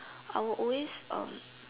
I will always um